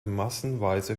massenweise